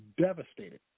devastated